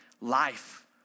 life